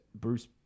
Bruce